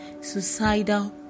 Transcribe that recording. suicidal